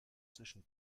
zwischen